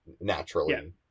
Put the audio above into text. naturally